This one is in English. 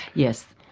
yes.